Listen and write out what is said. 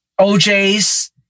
OJs